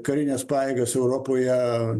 karines pajėgas europoje